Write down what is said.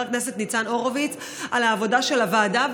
הכנסת ניצן הורוביץ על העבודה של הוועדה,